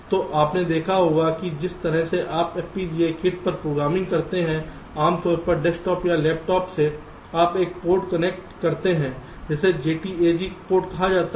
तो आपने देखा होगा कि जिस तरह से आप FPGA किट पर प्रोग्रामिंग करते हैं आमतौर पर डेस्कटॉप या लैपटॉप से आप एक पोर्ट कनेक्ट करते हैं जिसे JTAG पोर्ट कहा जाता है